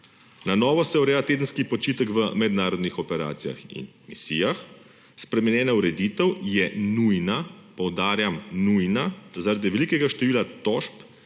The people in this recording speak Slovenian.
Na novo se ureja tedenski počitek v mednarodnih operacijah in misijah. Spremenjena ureditev je nujna, poudarjam nujna, zaradi velikega števila tožb